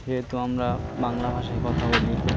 যেহেতু আমরা বাংলা ভাষায় কথা বলি